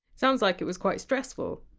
sounds like it was quite stressful.